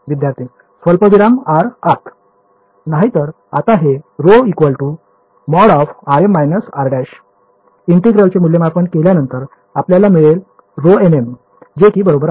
विद्यार्थी स्वल्पविराम r आत नाही तर आता हे ρ ।rm − r′। ईंटेग्रेल चे मूल्यमापन केल्या नंतर आपल्याला मिळाले ρmn जे कि बरोबर आहे